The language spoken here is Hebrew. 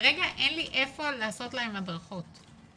כרגע אין איפה לעשות להם הדרכות.